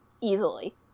easily